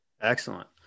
Excellent